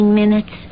minutes